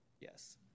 Yes